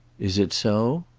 is it so?